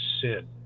sin